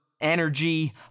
energy